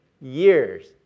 years